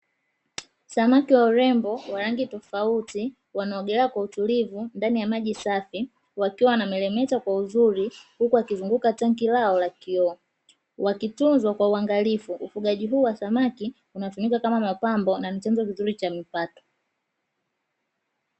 Samaki wa urembo wa rangi tofauti wanaogelea kwa utulivu ndani ya maji safi wakiwa wana meremeta, kwa uzuri huku wakizunguka tangi lao la kioo, wakitunzwa kwa uangalifu ufugaji bora wa samaki unatumika kama mapambo na ni chanzo kizuri cha mapato.